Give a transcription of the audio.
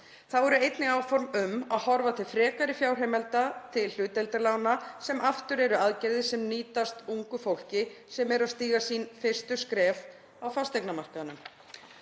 Þá eru einnig áform um að horfa til frekari fjárheimilda til hlutdeildarlána, sem aftur eru aðgerðir sem nýtast ungu fólki sem er að stíga sín fyrstu skref á fasteignamarkaðnum.